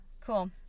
cool